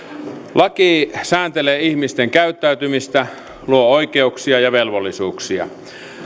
laki sääntelee ihmisten käyttäytymistä luo oikeuksia ja velvollisuuksia